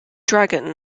dragon